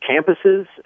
campuses